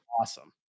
awesome